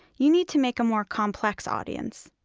you need to make a more complex audience.